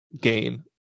gain